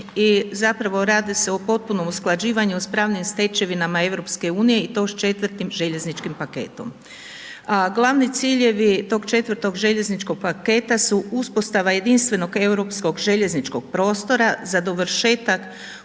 i zapravo radi se o potpunom usklađivanju s pravnim stečevinama EU i to s četvrtim željezničkim paketom. Glavni ciljevi tog četvrtog željezničkog paketa, su uspostava jedinstvenog europskog željezničkog prostora, za dovršetak